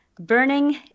Burning